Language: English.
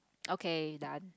okay done